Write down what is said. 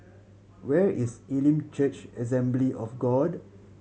where is Elim Church Assembly of God